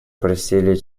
просили